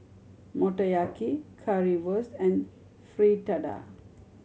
Motoyaki Currywurst and Fritada